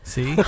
See